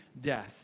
death